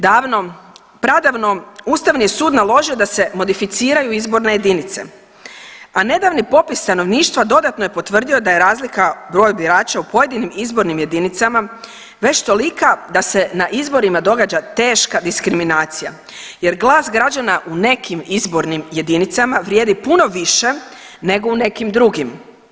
Davno, pradavno Ustavni sud naložio da se modificiraju izborne jedinice, a nedavni popis stanovništva dodatno je potvrdio da je razlika u broju birača u pojedinim izbornim jedinicama već tolika da se na izborima događa teška diskriminacija jer glas građana u nekim izbornim jedinicama vrijedi puno više nego u nekim drugim.